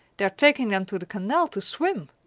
they are taking them to the canal to swim.